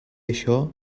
això